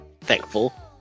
thankful